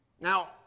now